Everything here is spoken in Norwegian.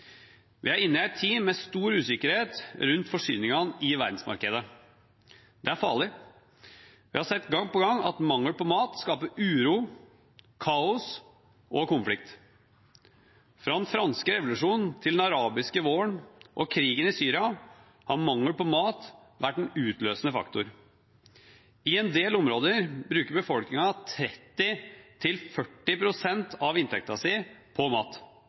Vi er inne i en tid med stor usikkerhet rundt forsyningene i verdensmarkedet. Det er farlig. Vi har sett gang på gang at mangel på mat skaper uro, kaos og konflikt. Fra den franske revolusjonen til den arabiske våren og krigen i Syria har mangel på mat vært den utløsende faktor. I en del områder bruker befolkningen 30–40 pst. av inntekten sin på mat.